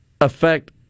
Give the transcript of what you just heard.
affect